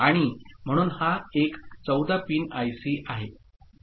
आणि म्हणून हा एक 14 पिन आयसी आहे